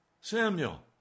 Samuel